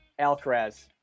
Alcaraz